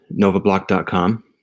novablock.com